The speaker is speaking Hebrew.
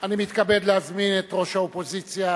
אני מתכבד להזמין את ראש האופוזיציה,